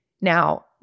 Now